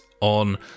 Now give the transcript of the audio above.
on